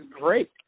great